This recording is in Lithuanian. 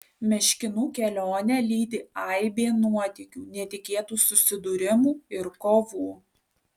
meškinų kelionę lydi aibė nuotykių netikėtų susidūrimų ir kovų